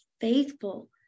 faithful